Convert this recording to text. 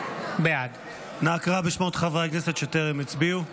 בעד אנא קרא בשמות חברי הכנסת שטרם הצביעו.